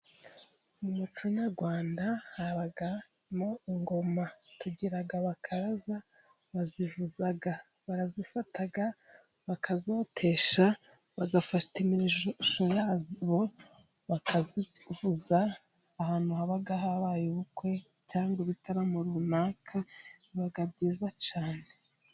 Mu muco nyarwanda habamo ingoma，tugira abakaraza bazivuza， barazifata bakazotesha， bagafata imirishyo yazo, bakazivuza， ahantu haba habaye ubukwe cyangwa ibitaramo runaka， biba byiza cyane.